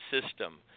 system